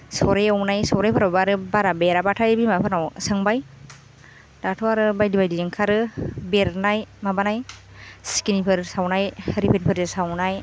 सौराय एवनाय सौरायफोरावबो आरो बारा बेराबाथाय बिमाफोरनाव सोंबाय दाथ' आरो बायदि बायदि ओंखारो बेरनाय माबानाय सिखिनिफोर सावनाय रिफाइनफोरजों सावनाय